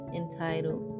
entitled